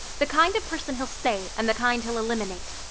the kind of person he'll save and the kind he'll eliminate,